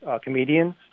comedians